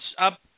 up